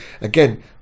again